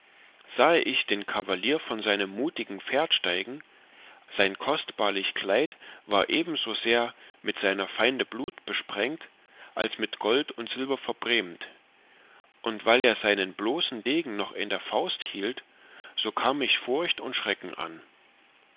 sahe ich den kavalier von seinem mutigen pferd steigen sein kostbarlich kleid war ebensosehr mit seiner feinde blut besprengt als mit gold und silber verbrämt und weil er seinen bloßen degen noch in der faust hielt so kam mich forcht und schrecken an